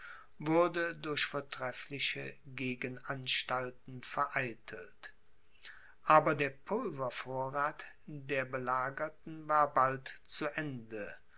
wurde durch vortreffliche gegenanstalten vereitelt aber der pulvervorrath der belagerten war bald zu ende